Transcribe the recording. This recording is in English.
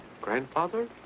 grandfather